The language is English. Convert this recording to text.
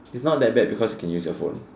is not that bad because you can use your phone